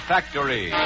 Factory